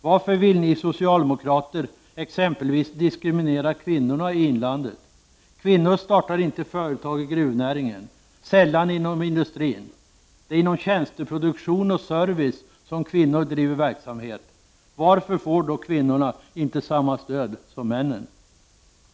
Varför vill ni socialdemokrater diskriminera kvinnorna i inlandet? Kvinnor startar inte företag inom gruvnäringen, sällan inom industrin. Det är inom tjänsteproduktion och service som kvinnor driver verksamhet. Varför får kvinnorna inte samma stöd som männen?